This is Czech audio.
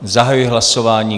Zahajuji hlasování.